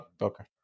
Okay